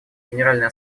генеральной